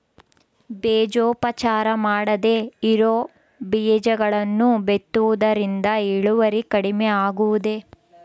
ಬೇಜೋಪಚಾರ ಮಾಡದೇ ಇರೋ ಬೇಜಗಳನ್ನು ಬಿತ್ತುವುದರಿಂದ ಇಳುವರಿ ಕಡಿಮೆ ಆಗುವುದೇ?